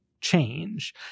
change